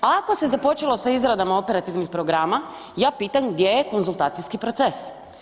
Ako se započelo sa izradama operativnih programa ja pitam gdje je konzultaciji proces?